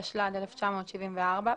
התשל"ג-1974,